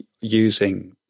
using